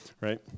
right